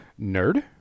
Nerd